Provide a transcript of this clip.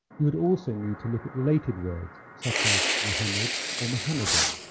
you would also need to look at related words, such as muhammad or mohammadan.